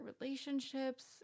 relationships